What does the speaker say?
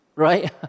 Right